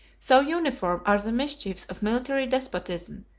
so uniform are the mischiefs of military despotism,